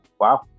wow